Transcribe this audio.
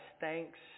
thanks